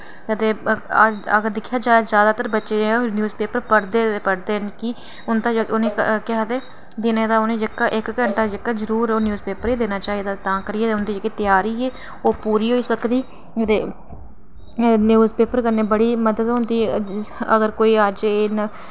ते अगर दिक्खेआ जाए तां जादातर बच्चे जेह्के न्यूज़ पेपर पढ़दे ते पढ़दे न उंदा उ'नेंगी केह् आक्खदे दिनें तां 'जेह्का उंदा इक्क घैंटा जेह्का जरूर ओह् न्यूज़ पेपर गी देना चाहिदा तां करियै उंदी जेह्की त्यारी ऐ ओह् पूरी होई सकदी ते न्यूज़ पेपर कन्नै बड़ी मदद होंदी अगर कोई अज्ज एह् न